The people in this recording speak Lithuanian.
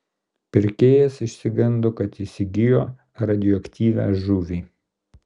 pirkėjas išsigando kad įsigijo radioaktyvią žuvį